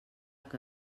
que